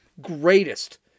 Greatest